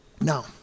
Now